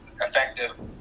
effective